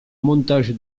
montage